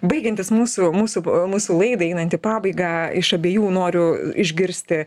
baigiantis mūsų mūsų mūsų laidai einant į pabaigą iš abiejų noriu išgirsti